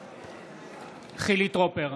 בעד חילי טרופר,